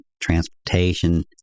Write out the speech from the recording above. transportation